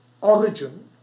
Origin